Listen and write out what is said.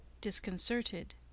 disconcerted